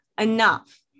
enough